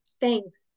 Thanks